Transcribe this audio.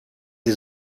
sie